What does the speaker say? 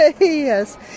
Yes